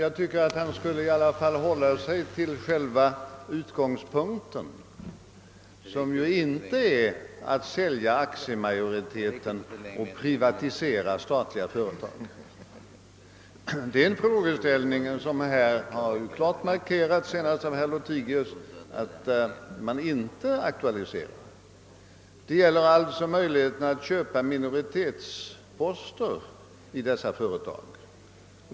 Jag tycker dock att han skulle hålla sig till själva utgångspunkten för debatten, som ju inte är att sälja aktiemajoriteten i statliga företag för att »privatisera» dessa — det har senast klart markerats av herr Lothigius. Det gäller i stället möjligheten att köpa minoritetsposter i dessa företag.